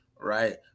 right